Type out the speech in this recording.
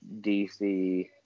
DC